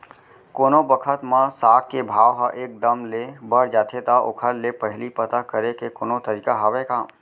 कोनो बखत म साग के भाव ह एक दम ले बढ़ जाथे त ओखर ले पहिली पता करे के कोनो तरीका हवय का?